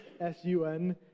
S-U-N